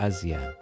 Asia